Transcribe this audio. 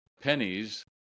pennies